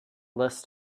list